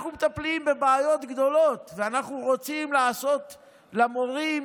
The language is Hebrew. אנחנו מטפלים בבעיות גדולות ואנחנו רוצים לעשות למורים